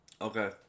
Okay